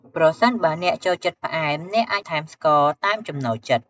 ប្រសិនបើអ្នកចូលចិត្តផ្អែម អ្នកអាចថែមស្ករតាមចំណូលចិត្ត។